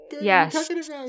Yes